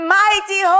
mighty